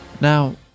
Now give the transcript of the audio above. Now